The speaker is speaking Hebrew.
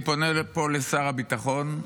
אני פונה פה לשר הביטחון,